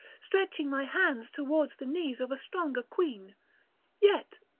stretching my hands towards the knees of a stranger queen yet,